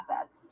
assets